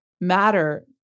matter